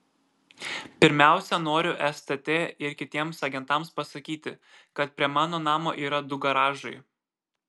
pirmiausia noriu stt ir kitiems agentams pasakyti kad prie mano namo yra du garažai